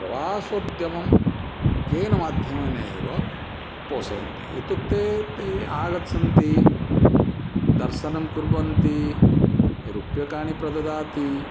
प्रवासोद्यमः केन माध्यमेन एव पोषयन्ति इत्युक्ते ते आगच्छन्ति दर्शनं कुर्वन्ति रूप्यकाणि प्रददाति